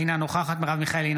אינה נוכחת מרב מיכאלי,